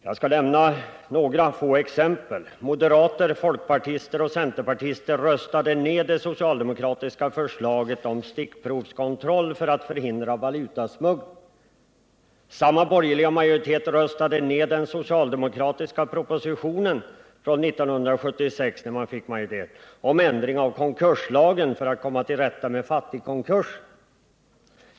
Jag skall nämna några få exempel: Moderater, folkpartister och centerpartister röstade ned det socialdemokratiska förslaget om stickprovskontroll för att förhindra valutasmuggling. Samma borgerliga majoritet röstade — då man kom i regeringsställning — ned den socialdemokratiska propositionen från 1976 om ändring av konkurslagen för att komma till rätta med fattigkonkurser.